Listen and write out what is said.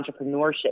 entrepreneurship